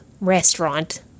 restaurant